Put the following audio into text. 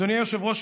אדוני היושב-ראש,